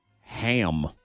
ham